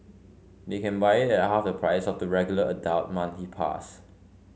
they can buy it at half the price of the regular adult monthly pass